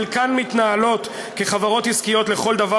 חלקן מתנהלות כחברות עסקיות לכל דבר